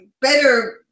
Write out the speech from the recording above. better